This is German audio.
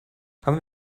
haben